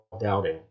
doubting